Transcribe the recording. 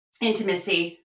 intimacy